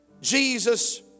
Jesus